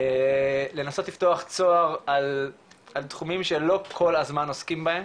לנסות לפתוח צוהר על תחומים שלא כל הזמן עוסקים בהם,